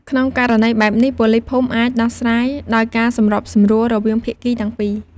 ក្នុងករណីបែបនេះ ប៉ូលីសភូមិអាច ដោះស្រាយដោយការសម្របសម្រួល រវាងភាគីទាំងពីរ។